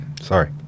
Sorry